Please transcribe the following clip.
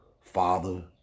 father